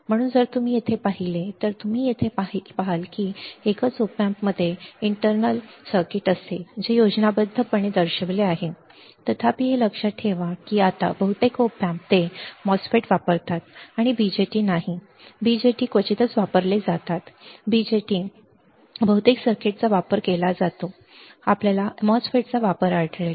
म्हणून जर तुम्ही येथे पाहिले तर तुम्ही येथे पाहिले तर एकच op amp मध्ये अंतर्गत सर्किट असेल जे योजनाबद्धपणे दर्शविले आहे तथापि हे लक्षात ठेवा की आता बहुतेक op amps ते MOSFET वापरतात आणि BJTs नाही BJTs क्वचितच वापरले जातात बीजेटी क्वचितच बहुतेक सर्किटचा वापर केला जातो आपल्याला एमओएसएफईटीचा वापर आढळेल